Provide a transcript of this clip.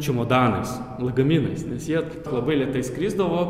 čemodanais lagaminais nes jie labai lėtai skrisdavo